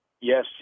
Yes